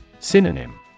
Synonym